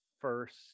first